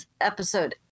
episode –